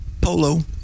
Polo